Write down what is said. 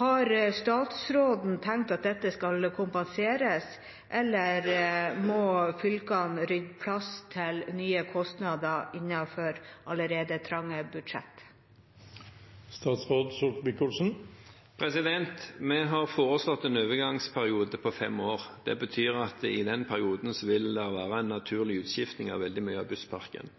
Har statsråden tenkt at dette skal kompenseres, eller må fylkene rydde plass til nye kostnader innenfor allerede trange budsjetter? Vi har foreslått en overgangsperiode på fem år. Det betyr at i den perioden vil det være en naturlig utskiftning av veldig mye av bussparken.